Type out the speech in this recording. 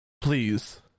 Please